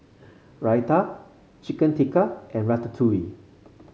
Raita Chicken Tikka and Ratatouille